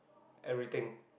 everything